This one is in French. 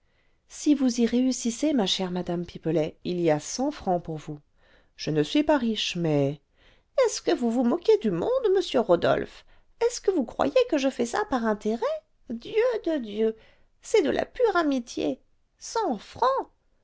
si vous y réussissez ma chère madame pipelet il y a cent francs pour vous je ne suis pas riche mais est-ce que vous vous moquez du monde monsieur rodolphe est-ce que vous croyez que je fais ça par intérêt dieu de dieu c'est de la pure amitié cent francs